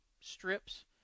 strips